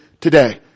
today